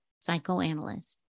psychoanalyst